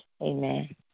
Amen